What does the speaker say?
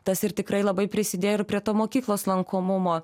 tas ir tikrai labai prisidėjo ir prie to mokyklos lankomumo